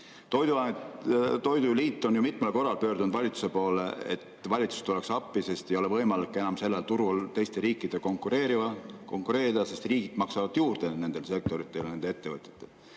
Toiduliit on mitmel korral pöördunud valitsuse poole, et valitsus tuleks appi, sest ei ole enam võimalik sellel turul teiste riikidega konkureerida. Teised riigid maksavad juurde nendele sektoritele, nendele ettevõtjatele